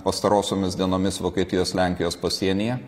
pastarosiomis dienomis vokietijos lenkijos pasienyje